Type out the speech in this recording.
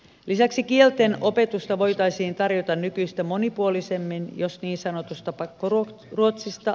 lisäksi kieltenopetusta voitaisiin tarjota nykyistä monipuolisemmin jos niin sanotusta pakkoruotsista luovuttaisiin